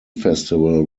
festival